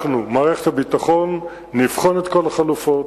אנחנו, מערכת הביטחון, נבחן את כל החלופות,